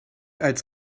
als